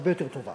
הרבה יותר טובה